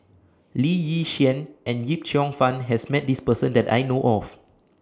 Lee Yi Shyan and Yip Cheong Fun has Met This Person that I know of